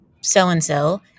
so-and-so